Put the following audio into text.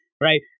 right